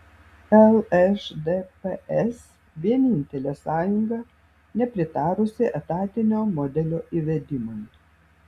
lšdps vienintelė sąjunga nepritarusi etatinio modelio įvedimui